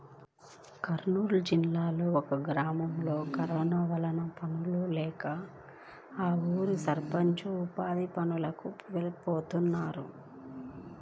కర్నూలు జిల్లాలో ఒక గ్రామంలో కరోనా వల్ల పనుల్లేక ఆ ఊరి సర్పంచ్ ఉపాధి పనులకి పోతున్నాడు